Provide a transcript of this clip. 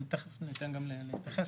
תכף אני אתן להתייחס,